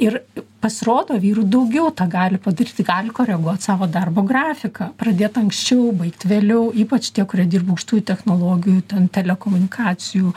ir pasirodo vyrų daugiau tą gali padaryt gali koreguot savo darbo grafiką pradėt anksčiau baigt vėliau ypač tie kurie dirba aukštųjų technologijų ten telekomunikacijų